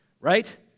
right